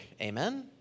amen